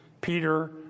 Peter